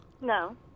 No